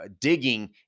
digging